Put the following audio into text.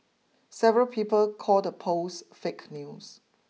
several people called the post fake news